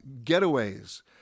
getaways